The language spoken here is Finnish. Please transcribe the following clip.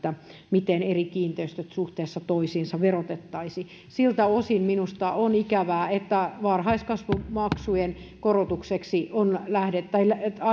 miten eri kiinteistöt suhteessa toisiinsa verotettaisiin siltä osin minusta on ikävää että varhaiskasvatusmaksujen alentamiseksi on lähdetty